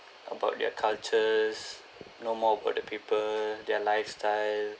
about their cultures know more about the people their lifestyle